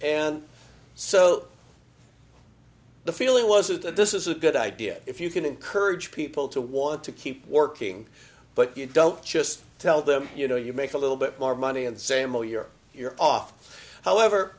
and so the feeling was that this is a good idea if you can encourage people to want to keep working but you don't just tell them you know you make a little bit more money and saying well you're you're off however